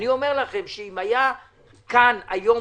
אני אומר לכם שאם הייתה היום כאן